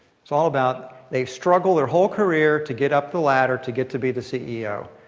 it's all about they struggle their whole career to get up the ladder to get to be the ceo.